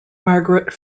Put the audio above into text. margaret